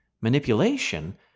manipulation